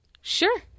Sure